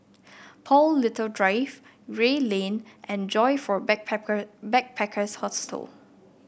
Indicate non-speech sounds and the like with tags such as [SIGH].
Paul Little Drive Gray Lane and Joyfor [UNINTELLIGIBLE] Backpackers' Hostel